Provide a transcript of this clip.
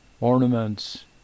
Ornaments